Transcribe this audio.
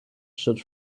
should